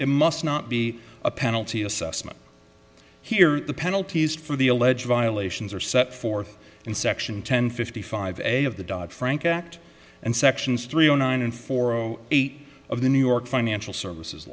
it must not be a penalty assessment here the penalties for the alleged violations are set forth in section ten fifty five eight of the dodd frank act and sections three zero nine and four zero eight of the new york financial services